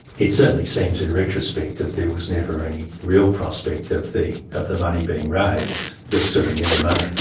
it certainly seems in retrospect that there was never any real prospect of the of the money being raised. there was certainly never money,